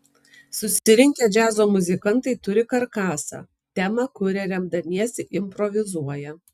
susirinkę džiazo muzikantai turi karkasą temą kuria remdamiesi improvizuoja